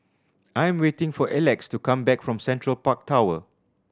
I am waiting for Elex to come back from Central Park Tower